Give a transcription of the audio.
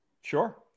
Sure